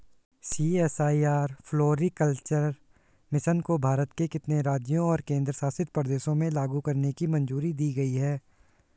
CSIR floriculture mission को भारत के कितने राज्यों और केंद्र शासित प्रदेशों में लागू करने की मंजूरी दी गई थी?